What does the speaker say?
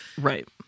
right